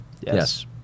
yes